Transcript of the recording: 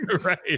Right